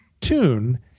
tune